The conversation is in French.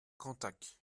cantac